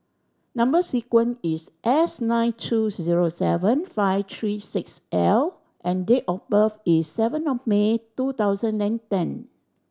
number sequence is S nine two zero seven five three six L and date of birth is seven of May two thousand and ten